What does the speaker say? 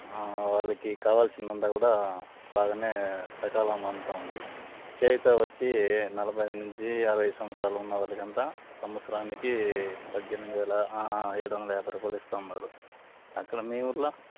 వాళ్ళకి కావాలసిందంతా కూడా బాగా సకాలంలో అందుతు ఉంది చేయూత వచ్చి నలభై ఐదు నుంచి యాభై ఐదు సంవత్సరాలు ఉన్న వాళ్ళకు అంతా సంవత్సరానికి పద్దెనిమిది వేల ఏడు వందల యాభై రూపాయిలు ఇస్తున్నారు అక్కడ మీ ఊళ్ళో